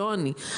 לא אני,